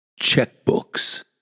checkbooks